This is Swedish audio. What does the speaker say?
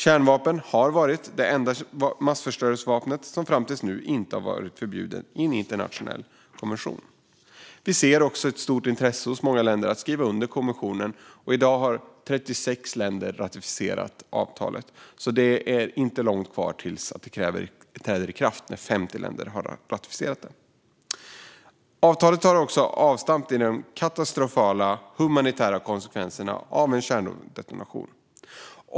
Kärnvapen har varit det enda massförstörelsevapnet som fram till nu inte har varit förbjudet i en internationell konvention. Vi ser för övrigt ett stort intresse hos många länder att skriva under konventionen. I dag har 36 länder ratificerat avtalet. Det träder i kraft när 50 länder har ratificerat det, så det är inte långt kvar. Avtalet tar avstamp i de katastrofala humanitära konsekvenserna av en kärnvapendetonation.